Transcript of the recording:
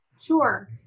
Sure